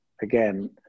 again